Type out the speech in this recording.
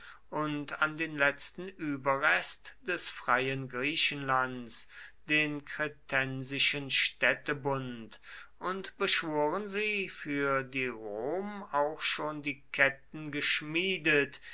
und an den letzten überrest des freien griechenlands den kretensischen städtebund und beschworen sie für die rom auch schon die ketten geschmiedet